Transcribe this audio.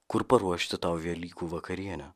kur paruošti tau velykų vakarienę